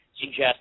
suggest